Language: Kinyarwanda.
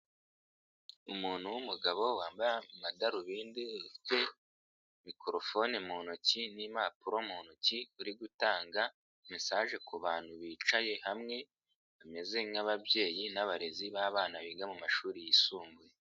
Umuntu w'umugabo wambaye amadarubindi ufite mikorofone mu ntoki n'impapuro mu ntoki, uri gutanga mesaje ku bantu bicaye hamwe, bameze nk'ababyeyi n'abarezi b'abana biga mu mashuri yisumbuye.